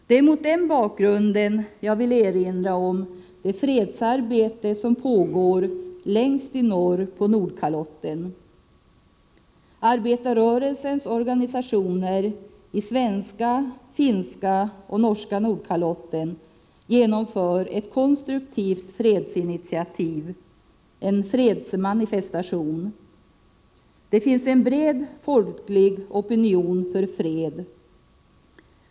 Det är mot den bakgrunden som jag vill erinra om det fredsarbete som pågår längst i norr på Nordkalotten. Arbetarrörelsens organisationer i svenska, finska och norska Nordkalotten genomför ett konstruktivt fredsinitiativ, en fredsmanifestation. Det finns en bred folklig opinion för fred.